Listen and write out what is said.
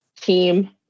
team